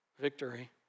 Victory